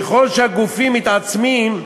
ככל שהגופים מתעצמים,